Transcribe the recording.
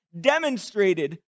demonstrated